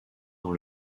dans